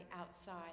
outside